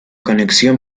conexión